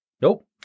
Nope